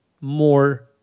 more